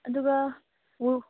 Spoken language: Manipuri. ꯑꯗꯨꯒ